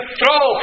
throw